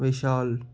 Vishal